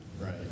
Right